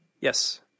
Yes